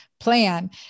plan